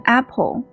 apple